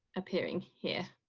appearing here